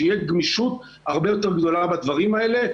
שתהיה גמישות הרבה יותר גדולה בדברים האלה.